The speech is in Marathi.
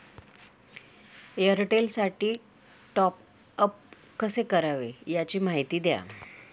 एअरटेलसाठी टॉपअप कसे करावे? याची माहिती द्या